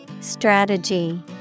Strategy